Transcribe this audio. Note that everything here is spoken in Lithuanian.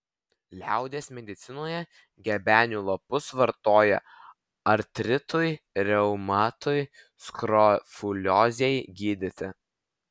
liaudies medicinoje gebenių lapus vartoja artritui reumatui skrofuliozei gydyti